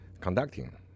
conducting